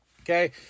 Okay